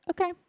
okay